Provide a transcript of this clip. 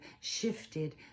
shifted